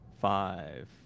Five